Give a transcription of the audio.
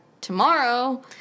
tomorrow